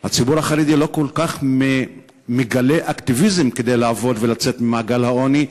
הציבור החרדי לא כל כך מגלה אקטיביזם כדי לעבוד ולצאת ממעגל העוני,